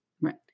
Right